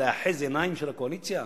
לאחז עיניים של הקואליציה?